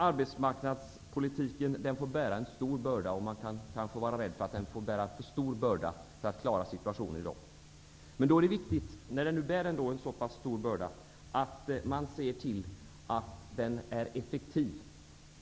Arbetsmarknadspolitiken får bära en stor börda, och man kan vara rädd för att den, för att klara situationen i dag, får bära en för stor börda. När den nu bär en så pass stor börda är det viktigt att man ser till att den är effektiv.